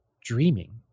dreaming